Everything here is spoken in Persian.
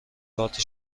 کارت